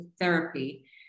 therapy